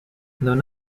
though